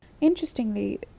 Interestingly